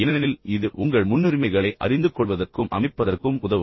ஏனெனில் இது உங்கள் முன்னுரிமைகளை அறிந்து கொள்வதற்கும் அமைப்பதற்கும் உதவும்